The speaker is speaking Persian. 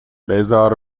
بزار